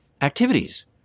activities